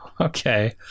Okay